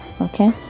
Okay